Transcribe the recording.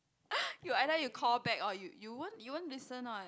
you either you call back or you you won't you won't listen [what]